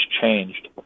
changed